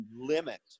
limit